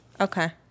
Okay